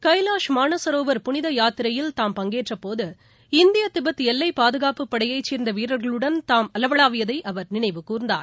கைலாஷ் மானசரோவர் புளித யாத்திரையில் தாம் பங்கேற்றபோது இந்திய திபெத் எல்லை பாதகாப்புப் படையைச் சேர்ந்த வீரர்களுடன் தாம் அளவளாவியதை அவர் நினைவுகூர்ந்தார்